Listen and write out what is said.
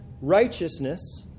righteousness